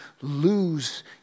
lose